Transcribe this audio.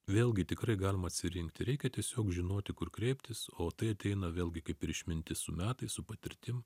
vėlgi tikrai galima atsirinkti reikia tiesiog žinoti kur kreiptis o tai ateina vėlgi kaip ir išmintis su metais su patirtim